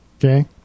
Okay